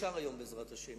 יאושר היום, בעזרת השם.